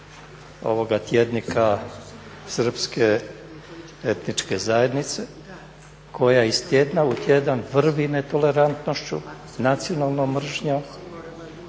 ovoga tjednika srpske etničke zajednice koja iz tjedna u tjedan vrvi netolerantnošću, nacionalnom mržnjom.